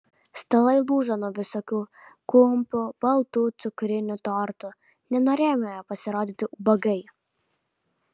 stalai lūžo nuo visokių kumpių baltų cukrinių tortų nenorėjome pasirodyti ubagai